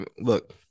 look